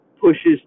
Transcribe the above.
pushes